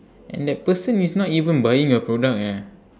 and that person is not even buying your product eh